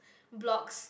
blocks